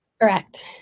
Correct